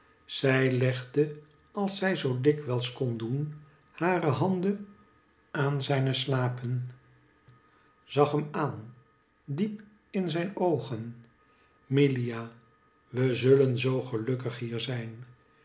zij legde als zij zoo dikwijls kon doen hare handen aan zijne slapen zag hem aan diep in zijn oogen milia we zullen zoo gelukkig hier zijn